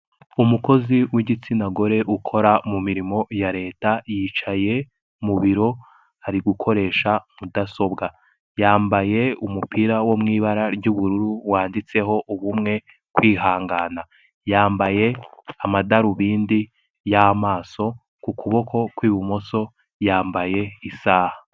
Umukozi w'igitsina gore ukora mu mirimo ya leta yicaye mu biro ari gukoresha mudasobwa, yambaye umupira wo mu ibara ry'ubururu wanditseho ubumwe, kwihangana, yambaye amadarubindi y'amaso ku kuboko kw'ibumoso yambaye isaha.